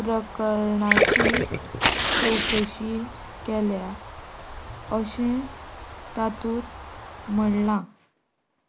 प्रकरणाची चवकशी केल्या अशें तातूंत म्हणलां